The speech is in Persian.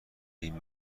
این